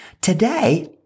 Today